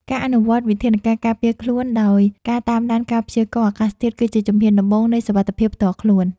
ការអនុវត្តវិធានការការពារខ្លួនដោយការតាមដានការព្យាករណ៍អាកាសធាតុគឺជាជំហានដំបូងនៃសុវត្ថិភាពផ្ទាល់ខ្លួន។